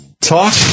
Talk